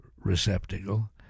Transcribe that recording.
receptacle